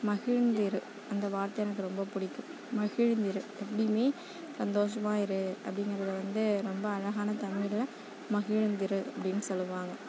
மகிழ்ந்திரு அந்த வார்த்தை எனக்கு ரொம்ப பிடிக்கும் மகிழ்ந்திரு எப்படியுமே சந்தோஷமாக இரு அப்படிங்கிறத வந்து ரொம்ப அழகான தமிழில் மகிழ்ந்திரு அப்படின் சொல்லுவாங்க